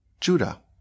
Judah